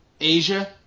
Asia